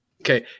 Okay